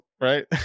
right